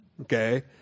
Okay